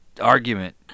argument